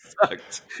sucked